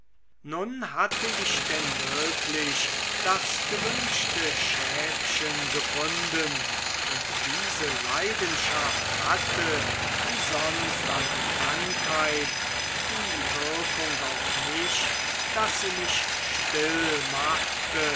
nun hatte ich denn wirklich das gewünschte schäfchen gefunden und diese leidenschaft hatte wie sonst eine krankheit die wirkung auf mich daß sie mich still machte